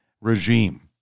regime